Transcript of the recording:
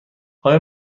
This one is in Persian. آیا